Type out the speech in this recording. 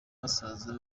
basaza